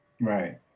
Right